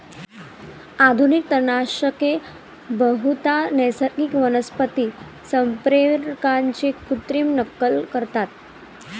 आधुनिक तणनाशके बहुधा नैसर्गिक वनस्पती संप्रेरकांची कृत्रिम नक्कल करतात